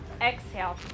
Exhale